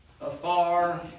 afar